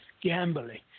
gambling